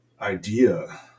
idea